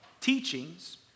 teachings